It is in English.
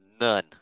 None